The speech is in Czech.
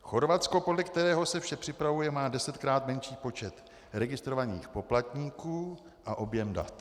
Chorvatsko, podle kterého se vše připravuje, má desetkrát menší počet registrovaných poplatníků a objem dat.